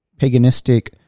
paganistic